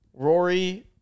Rory